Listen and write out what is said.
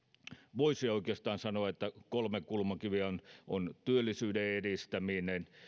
voisi oikeastaan sanoa että kolme kulmakiveä ovat työllisyyden edistäminen